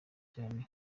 cyane